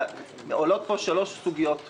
עולות פה שלוש סוגיות למעשה.